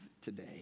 today